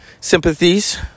sympathies